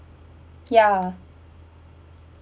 ya